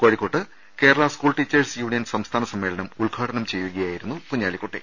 കോഴിക്കോട്ട് Kerala School Teachers Union സംസ്ഥാന സമ്മേളനം ഉദ്ഘാടനം ചെയ്യുകയായിരുന്നു കുഞ്ഞാലി ക്കുട്ടി